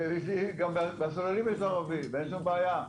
גם בסוללים יש ערבי, ואין שום בעיה.